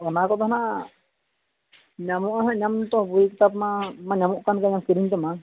ᱚᱱᱟ ᱠᱚᱫᱚ ᱦᱟᱸᱜ ᱧᱟᱢᱚᱜᱼᱟ ᱦᱟᱸᱜ ᱧᱟᱢᱫᱚ ᱵᱳᱭ ᱱᱮᱛᱟᱨ ᱢᱟ ᱧᱟᱢᱚᱜ ᱠᱟᱱ ᱜᱮ ᱠᱤᱨᱤᱧ ᱛᱮᱢᱟ